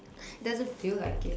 doesn't feel like it